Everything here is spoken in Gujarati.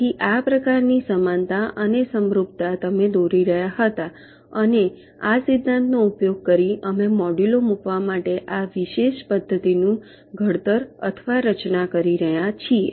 તેથી આ પ્રકારની સમાનતા અથવા સમરૂપતા તમે દોરી રહ્યા હતા અને આ સિદ્ધાંતનો ઉપયોગ કરીને અમે મોડ્યુલો મૂકવા માટે આ વિશેષ પદ્ધતિનું ઘડતર અથવા રચના કરી રહ્યા છીએ